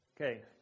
Okay